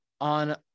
on